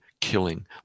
killing